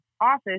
office